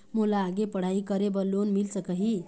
मोला आगे पढ़ई करे बर लोन मिल सकही?